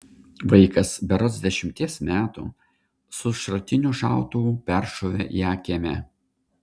vaikas berods dešimties metų su šratiniu šautuvu peršovė ją kieme